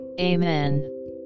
Amen